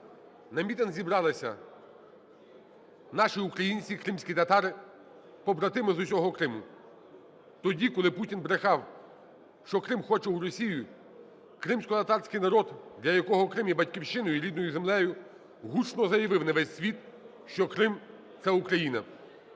На мітинг зібралися наші українці, кримські татари, побратими з усього Криму. Тоді, коли Путін брехав, що Крим хоче у Росію, кримськотатарський народ, для якого Крим є Батьківщиною, рідною землею, гучно заявив на весь світ, що Крим – це Україна,